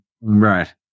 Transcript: Right